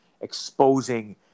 exposing